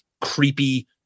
creepy